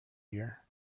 here